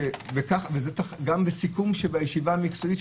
וגם בסיכום הישיבה המקצועית,